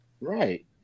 Right